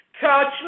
Touch